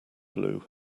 blew